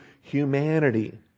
humanity